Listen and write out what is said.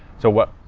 so what,